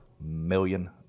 Million